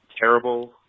terrible